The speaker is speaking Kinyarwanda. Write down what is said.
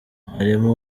mwarimu